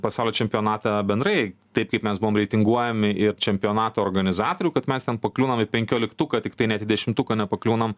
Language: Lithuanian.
pasaulio čempionatą bendrai taip kaip mes buvom reitinguojami ir čempionato organizatorių kad mes ten pakliūnam į penkioliktuką tiktai net į dešimtuką nepakliūnam